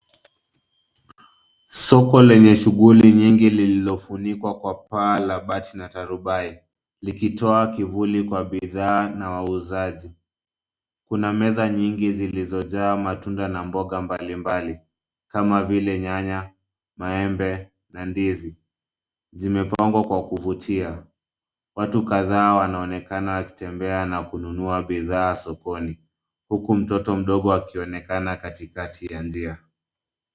Soko lenye shughuli nyingi lililofunikwa kwa paa la bati na tarubai, likitoa kivuli kwa bidhaa na wauzaji. Kuna meza nyingi zilizojaa matunda na mboga mbalimbali, kama vile nyanya, maembe na ndizi. Zimepangwa kwa kuvutia. Watu kadhaa wanaonekana wakitembea na kununua bidhaa sokoni, huku mtoto mdogo akionekana katikati ya njia.